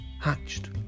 hatched